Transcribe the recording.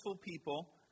people